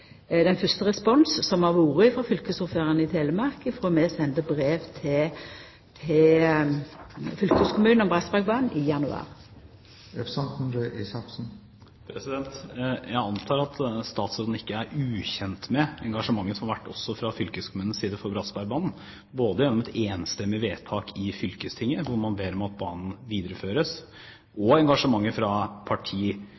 den fyrste responsen som har kome frå fylkesordføraren i Telemark frå vi sende brev til fylkeskommunen om Bratsbergbanen i januar. Jeg antar at statsråden ikke er ukjent med engasjementet som har vært også fra fylkeskommunens side for Bratsbergbanen, gjennom et enstemmig vedtak i fylkestinget, hvor man ber om at banen videreføres,